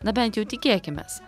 na bent jau tikėkimės